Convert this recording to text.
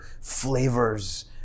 flavors